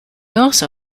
also